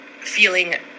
feeling